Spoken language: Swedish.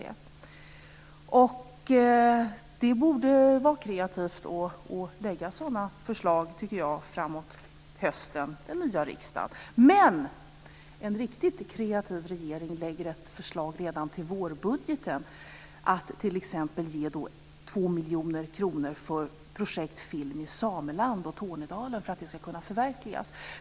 Den nya riksdagen borde kunna lägga fram ett sådant förslag i höst, tycker jag. En riktigt kreativ regering borde kunna lägga fram ett förslag om detta redan i vårbudgeten. Man kunde t.ex. ge 2 miljoner kronor till projektet Film i Sameland och Tornedalen så att det ska kunna förverkligas.